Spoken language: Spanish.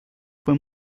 fue